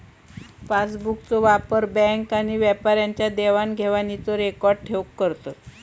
पासबुकचो वापर बॅन्क आणि व्यापाऱ्यांच्या देवाण घेवाणीचो रेकॉर्ड ठेऊक करतत